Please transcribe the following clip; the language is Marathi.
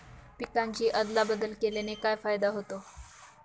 पिकांची अदला बदल केल्याने काय फायदा होतो?